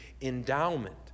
endowment